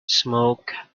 smoke